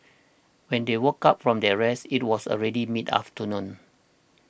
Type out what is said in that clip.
when they woke up from their rest it was already mid afternoon